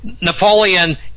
Napoleon